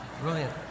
Brilliant